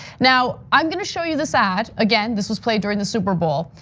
now, i'm gonna show you this ad, again, this was played during the super bowl.